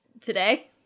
today